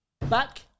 Back